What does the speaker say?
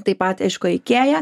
taip pat aišku ikėja